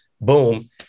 boom